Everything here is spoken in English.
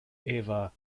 eva